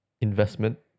investment